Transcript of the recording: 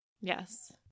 Yes